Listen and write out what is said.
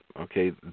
Okay